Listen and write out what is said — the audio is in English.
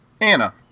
Anna